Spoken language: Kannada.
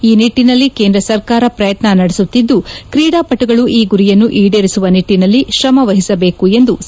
ಈ ನಿಟ್ಟನಲ್ಲಿ ಕೇಂದ್ರ ಸರ್ಕಾರ ಪ್ರಯತ್ನ ನಡೆಸುತ್ತಿದ್ದು ಕ್ರೀಡಾಪಟುಗಳು ಈ ಗುರಿಯನ್ನು ಈಡೇರಿಸುವ ನಿಟ್ಟನಲ್ಲಿ ಶ್ರಮವಹಿಸಬೇಕು ಎಂದು ಸಿ